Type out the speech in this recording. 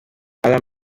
alarm